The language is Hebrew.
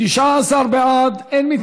תודה רבה לך.